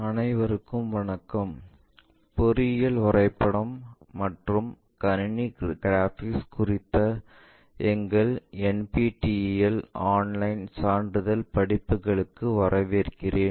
அனைவருக்கும் வணக்கம் பொறியியல் வரைபடம் மற்றும் கணினி கிராபிக்ஸ் குறித்த எங்கள் NPTEL ஆன்லைன் சான்றிதழ் படிப்புகளுக்கு வரவேற்கிறேன்